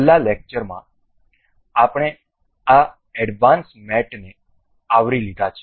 છેલ્લા લેક્ચરમાં અમે આ એડવાન્સ્ડ મેટઓને આવરી લીધા છે